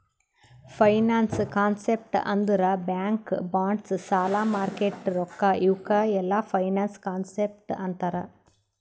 finance concept ಅಂದುರ್ bank bonds ಸಾಲ market ರೊಕ್ಕಾ ಇವುಕ್ ಎಲ್ಲಾ ಫೈನಾನ್ಸ್ ಕಾನ್ಸೆಪ್ಟ್ ಅಂತಾರ್